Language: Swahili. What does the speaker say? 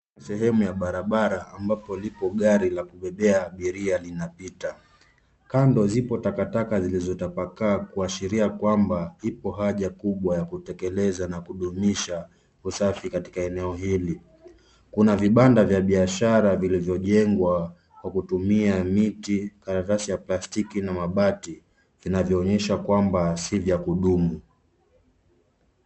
Sehemu ya barabara ambapo lipo gari la kubebea abiria linapita. Kando zipo takataka zilizotapakaa kuashiria kwamba ipo haja kubwa ya kutekeleza na kudumisha usafi katika eneo hili. Kuna vibanda vya biashara vilivyojengwa kwa kutumia miti, karatasi ya plastiki na mabati vinavyoonyesha kwamba si vya kudumu.